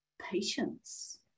Patience